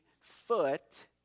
foot